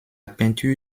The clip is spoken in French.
peinture